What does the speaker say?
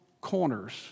corners